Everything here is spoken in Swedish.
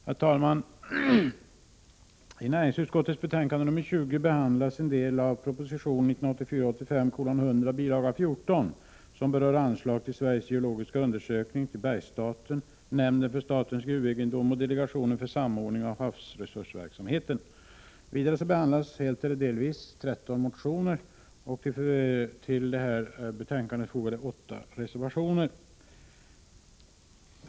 Herr talman! I näringsutskottets betänkande nr 20 behandlas den del av proposition 1984/85:100, bil. 14, som berör anslag till Sveriges geologiska undersökning, bergsstaten, nämnden för statens gruvegendom och delegationen för samordning av havsresursverksamheten. Vidare behandlas, helt eller delvis, 13 motioner. Till betänkandet är fogade 8 reservationer.